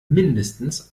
mindestens